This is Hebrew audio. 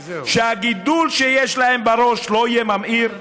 שהגידול שיש להם בראש לא יהיה ממאיר?